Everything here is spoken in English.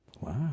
Wow